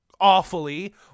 awfully